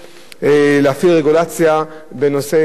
ולהפעיל רגולציה בנושא של פיקוח על הפירות.